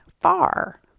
far